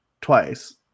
twice